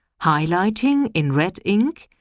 highlighting in red ink,